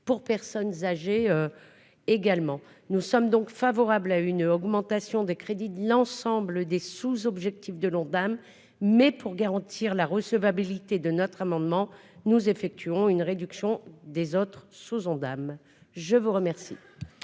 pour personnes âgées ! Nous sommes donc favorables à une augmentation des crédits de l'ensemble des sous-objectifs de l'Ondam. Cependant, pour garantir la recevabilité de notre amendement, nous préconisons une réduction des autres sous-Ondam. L'amendement